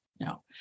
No